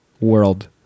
world